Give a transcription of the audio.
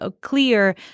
clear